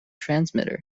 transmitter